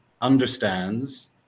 understands